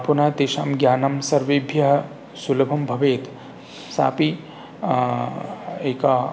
पुनः तेषां ज्ञानं सर्वेभ्यः सुलभं भवेत् सापि एका